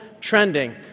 trending